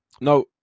no